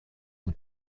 und